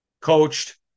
coached